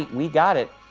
we got it.